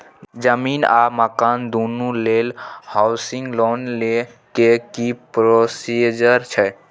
जमीन आ मकान दुनू लेल हॉउसिंग लोन लै के की प्रोसीजर छै?